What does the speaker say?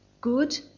good